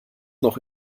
noch